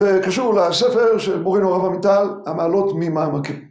‫וקשור לספר של מורנו הרב עמיטל, ‫המעלות ממעמקים.